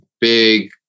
big